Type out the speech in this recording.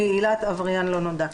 היא עילת עבריין לא נודע.